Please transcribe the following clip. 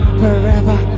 forever